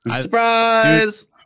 Surprise